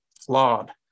flawed